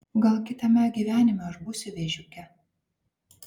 gal kitame gyvenime aš būsiu vėžiuke